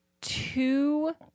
two